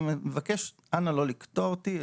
אני מבקש, אנא לא לקטוע אותי.